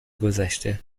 گذشته